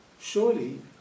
Surely